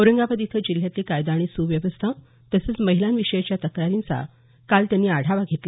औरंगाबाद इथं जिल्ह्यातली कायदा आणि सुव्यवस्था तसंच महिलांविषयीच्या तक्रारींचा काल त्यांनी आढावा घेतला